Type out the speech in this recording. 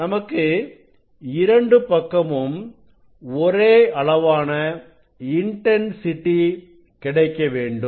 நமக்கு இரண்டு பக்கமும் ஒரே அளவான இன்டன்சிட்டி கிடைக்கவேண்டும்